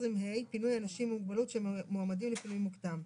20ה. פינוי אנשים עם מוגבלות שמועמדים לפינוי מוקדם.